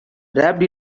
wrapped